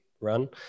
run